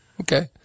Okay